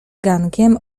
gankiem